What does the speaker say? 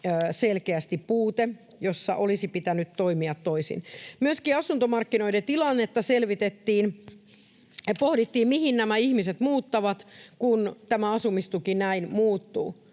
selkeästi puute, jossa olisi pitänyt toimia toisin. Myöskin asuntomarkkinoiden tilannetta selvitettiin ja pohdittiin, mihin nämä ihmiset muuttavat, kun tämä asumistuki näin muuttuu.